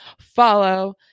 follow